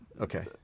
Okay